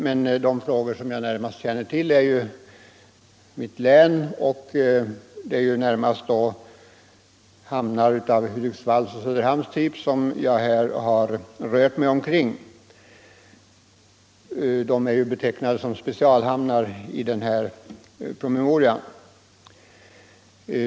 Men jag känner närmast till mitt län, och det är främst hamnar av Hudiksvalls och Söderhamns typ som jag haft anledning att intressera mig för. De är betecknade som specialhamnar i promemorian.